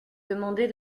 demandait